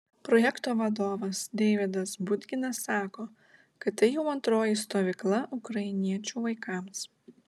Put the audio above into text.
projekto vadovas deividas budginas sako kad tai jau antroji stovykla ukrainiečių vaikams